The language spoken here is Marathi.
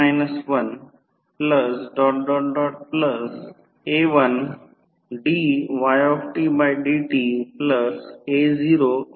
म्हणून I m 20032 31 जे येईल ते येईल आणि Ic R200400 होईल तर हे समांतर सर्किट आहे